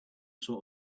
sort